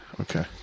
Okay